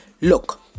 look